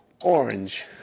orange